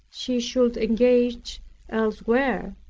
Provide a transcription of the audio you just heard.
she should engage elsewhere,